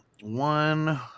One